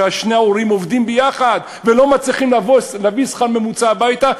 ששני ההורים עובדים וביחד לא מצליחים להביא שכר ממוצע הביתה,